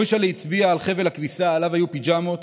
מוישל'ה הצביע על חבל הכביסה, שעליו היו פיג'מות